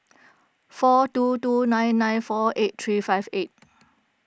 four two two nine nine four eight three five eight